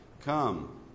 Come